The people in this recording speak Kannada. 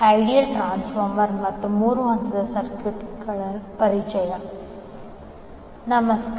ಐಡಿಯಲ್ ಟ್ರಾನ್ಸ್ಫಾರ್ಮರ್ ಮತ್ತು ಮೂರು ಹಂತದ ಸರ್ಕ್ಯೂಟ್ಗಳ ಪರಿಚಯ ನಮಸ್ಕಾರ